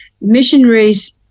missionaries